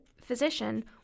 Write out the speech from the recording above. physician